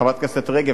חברת הכנסת רגב,